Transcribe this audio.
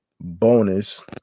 bonus